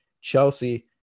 Chelsea